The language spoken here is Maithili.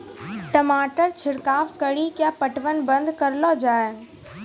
टमाटर छिड़काव कड़ी क्या पटवन बंद करऽ लो जाए?